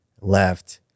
Left